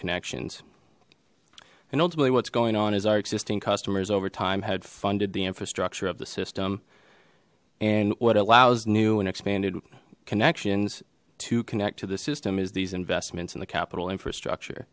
connections and ultimately what's going on is our existing customers over time had funded the infrastructure of the system and what allows new and expanded connections to connect to the system is these investments in the capital infrastructure